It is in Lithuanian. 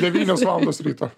devynios valandos ryto